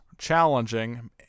challenging